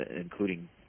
including